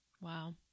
Wow